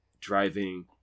driving